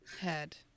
head